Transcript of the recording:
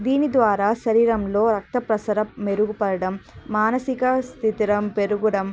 దీని ద్వారా శరీరంలో రక్త ప్రసరణ మెరుగుపరడం మానసిక స్థిరత్వం పెరుగడం